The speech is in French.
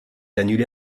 annulée